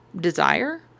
desire